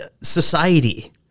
society